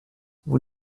vous